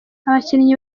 abakinnyi